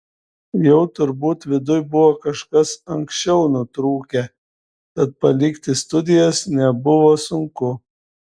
jau turbūt viduj buvo kažkas anksčiau nutrūkę tad palikti studijas nebuvo sunku